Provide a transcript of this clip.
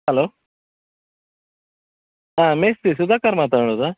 hello ಹಾಂ ಮೇಸ್ತ್ರಿ ಸುಧಾಕರ್ ಮಾತಾಡೋದಾ